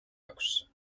აქვს